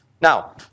Now